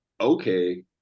okay